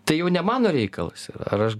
tai jau ne mano reikalas ar aš